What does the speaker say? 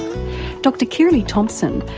dr kirrilly thompson,